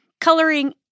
coloring